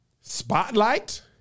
Spotlight